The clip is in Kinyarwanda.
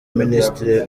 minisitiri